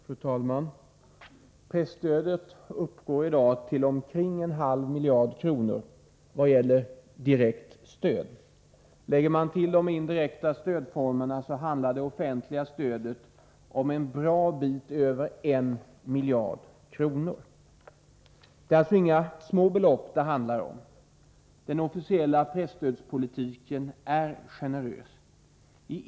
Fru talman! Presstödet uppgår i dag i direkt stöd till omkring en halv miljard kronor. Lägger man till detta de indirekta stödformerna uppgår det offentliga stödet till en bra bit över en miljard kronor. Det är alltså inga små belopp det rör sig om. Den officiella presstödspolitiken är generös.